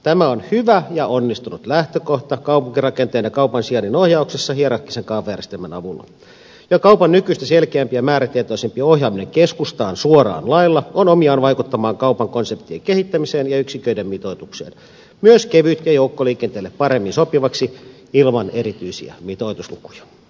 tämä on hyvä ja onnistunut lähtökohta kaupunkirakenteen ja kaupan sijainninohjauksessa hierarkisen kaavajärjestelmän avulla ja kaupan nykyistä selkeämpi ja määrätietoisempi ohjaaminen keskustaan suoraan lailla on omiaan vaikuttamaan kaupan konseptien kehittämiseen ja yksiköiden mitoitukseen myös kevyt ja joukkoliikenteelle paremmin sopivaksi ilman erityisiä mitoituslukuja